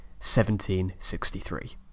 1763